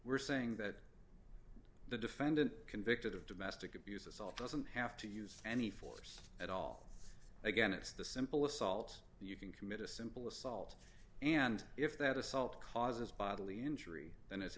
we're saying that the defendant convicted of domestic abuse assault doesn't have to use any force at all again it's the simple assault you can commit a simple assault and if that assault causes bodily injury and it's